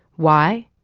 why?